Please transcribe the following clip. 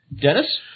Dennis